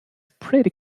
pretty